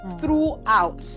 throughout